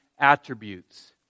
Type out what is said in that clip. attributes